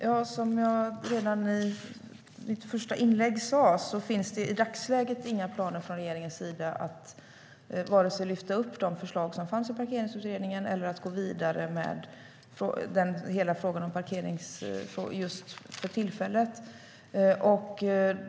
Herr talman! Som jag sa i mitt första inlägg finns det i dagsläget inga planer från regeringens sida att vare sig lyfta fram de förslag som fanns i Parkeringsutredningen eller att gå vidare med parkeringsfrågan.